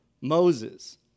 Moses